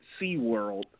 SeaWorld